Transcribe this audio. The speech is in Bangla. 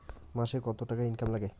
মাসে কত টাকা ইনকাম নাগে?